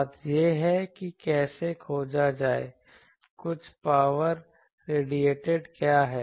बात यह है कि कैसे खोजा जाए कुल पावर रेडिएटिड क्या है